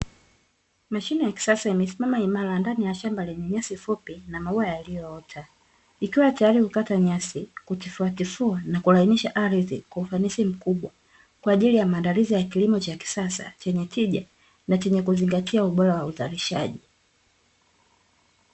Mashine ya kisasa imesimama imara ndani ya shamba lenye nyasi fupi na maua yaliyoota, likiwa tayari kukata nyasi, kutifua tifua na kulainisha ardhi kwa ufanisi mkubwa kwa ajili ya maandalizi ya kilimo cha kisasa chenye tija na chenye kuzingatia ubora wa uzalishaji.